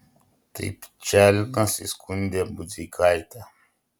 tai pčalinas įskundė budzeikaitę